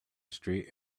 street